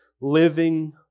living